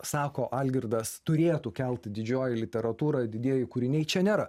sako algirdas turėtų kelt didžioji literatūra didieji kūriniai čia nėra